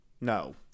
no